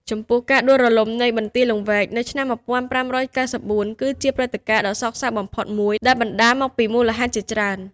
ចំពោះ ការដួលរលំនៃបន្ទាយលង្វែកនៅឆ្នាំ ១៥៩៤ គឺជាព្រឹត្តិការណ៍ដ៏សោកសៅបំផុតមួយ ដែលបណ្ដាលមកពីមូលហេតុជាច្រើន។